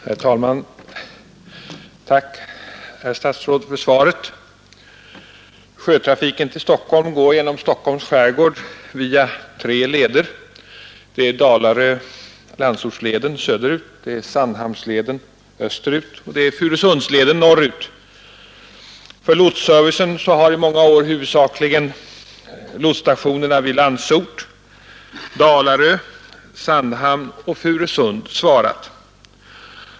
Herr talman! Tack, herr statsråd, för svaret. Sjötrafiken till Stockholm går genom Stockholms skärgård via tre leder. Det är Landsort—Dalaröleden söderut, det är Sandhamnsleden österut och det är Furusundsleden norrut. För lotsservicen har i många år huvudsakligen lotsstationerna vid Landsort, Dalarö, Sandhamn och Furusund svarat.